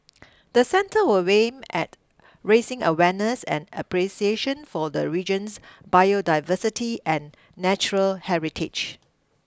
the centre will aim at raising awareness and appreciation for the region's biodiversity and natural heritage